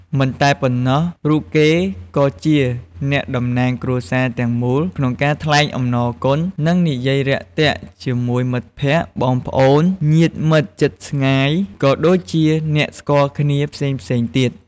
មិនតែប៉ុណ្ណោះ រូបគេក៏ជាអ្នកតំណាងគ្រួសារទាំងមូលក្នុងការថ្លែងអំណរគុណ និងនិយាយរាក់ទាក់ជាមួយមិត្តភក្តិ បងប្អូន ញាតិមិត្តជិតឆ្ងាយ ក៏ដូចជាអ្នកស្គាល់គ្នាផ្សេងៗទៀត។